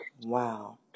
wow